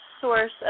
source